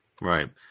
Right